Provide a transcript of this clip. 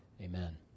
Amen